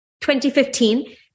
2015